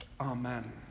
Amen